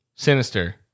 Sinister